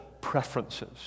preferences